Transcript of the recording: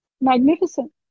Magnificent